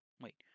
Wait